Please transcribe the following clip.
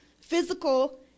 physical